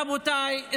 רבותיי,